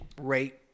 rate